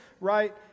right